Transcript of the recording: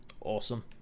awesome